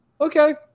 okay